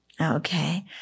Okay